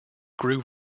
grew